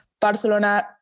Barcelona